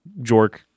jork